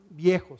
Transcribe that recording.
viejos